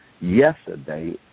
yesterday